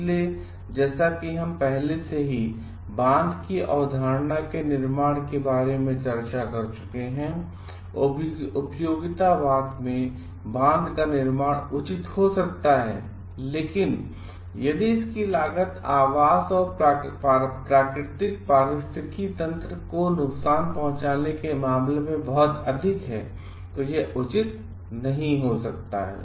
इसलिए जैसा कि हम पहले से ही बांध की अवधारणा के निर्माण के बारे में चर्चा कर चुके हैं उपयोगितावाद में बांध का निर्माण उचित हो सकता है लेकिन यदि इसकी लागत आवास और प्राकृतिक पारिस्थितिकी तंत्र को नुकसान पहुंचाने के मामले में बहुत अधिक है तो यह उचित नहीं हो सकता है